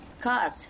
card